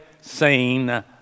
seen